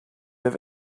have